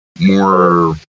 more